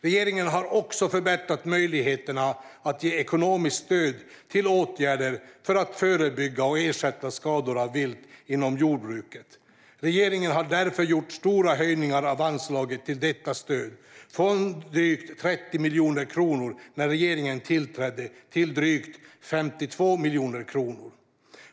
Regeringen har också förbättrat möjligheten att ge ekonomiskt stöd till åtgärder för att förebygga och ersätta skador av vilt inom jordbruket. Regeringen har därför gjort stora höjningar av anslaget till detta stöd, från drygt 30 miljoner kronor när regeringen tillträdde till drygt 52 miljoner kronor.